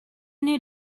new